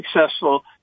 successful